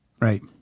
right